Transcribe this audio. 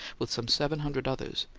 with some seven hundred others,